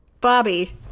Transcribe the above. Bobby